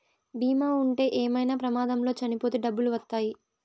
బీమా ఉంటే ఏమైనా ప్రమాదంలో చనిపోతే డబ్బులు వత్తాయి